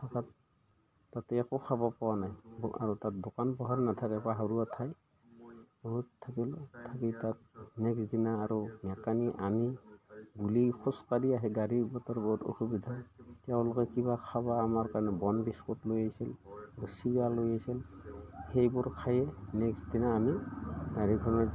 থকাত তাতে একো খাব পোৱা নাই আৰু তাত দোকান পোহাৰ নাথাকে পাহাৰুৱা ঠাই বহুত থাকিলোঁ থাকি তাত নেক্সট দিনা আৰু মেকানিক আনি গুলি খোজকাঢ়ি আহি গাড়ী মটৰ বহুত অসুবিধা তেওঁলোকে কিবা খাবা আমাৰ কাৰণে বন বিস্কুট লৈ আহিছিল চিৰা লৈ আহিছিল সেইবোৰ খায়ে নেক্সট দিনা আমি গাড়ীখনত